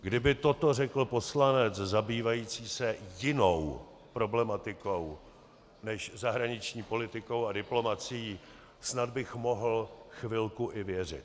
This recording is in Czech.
Kdyby toto řekl poslanec zabývající se jinou problematikou než zahraniční politikou a diplomacií, snad bych mohl chvilku i věřit.